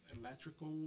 electrical